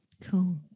Cool